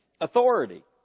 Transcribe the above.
authority